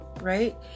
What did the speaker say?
right